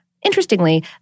Interestingly